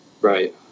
Right